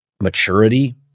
maturity